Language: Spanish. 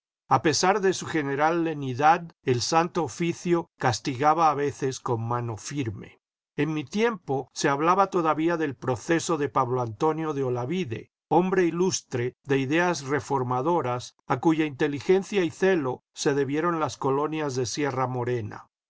a pesar de su general lenidad el santo oficio castigaba a veces con mano firme en mi tiempo se hablaba todavía del proceso de pablo antonio de olavide hombre ilustre de ideas reformadoras a cuya inteligencia y celo se debieron las colonias de sierra morena